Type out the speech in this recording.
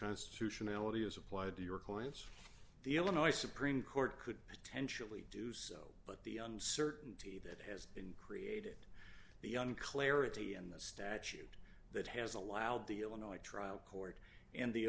constitutionality as applied to your clients the illinois supreme court could potentially do so but the uncertainty that has been created the young clarity and the statute that has allowed the illinois trial court and the